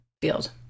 field